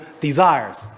desires